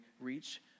reach